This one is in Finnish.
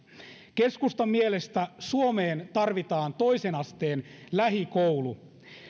keskustan mielestä suomeen tarvitaan toisen asteen lähikoulu